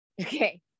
Okay